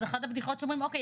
אז אחת הבדיחות שאומרים אוקיי,